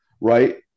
Right